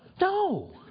no